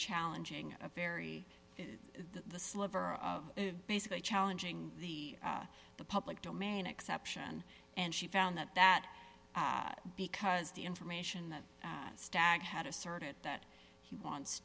challenging a very the sliver of basically challenging the the public domain exception and she found that that because the information that stack had asserted that he wants